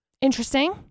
Interesting